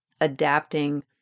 adapting